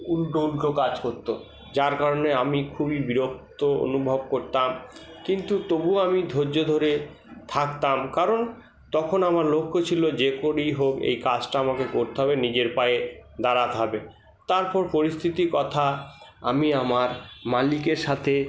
উল্টো উল্টো কাজ করতো যার কারণে আমি খুবই বিরক্ত অনুভব করতাম কিন্তু তবুও আমি ধৈর্য ধরে থাকতাম কারণ তখন আমার লক্ষ্য ছিলো যে করেই হোক এই কাজটা আমাকে করতে হবে নিজের পায়ে দাঁড়াতে হবে তারপর পরিস্থিতি কথা আমি আমার মালিকের সাথে